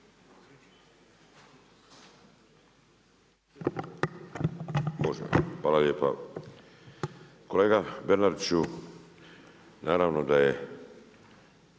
Hvala